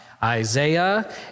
Isaiah